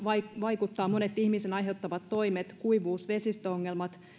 vaikuttavat monet ihmisen aiheuttamat toimet kuivuus ja vesistöongelmat